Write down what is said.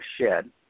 shed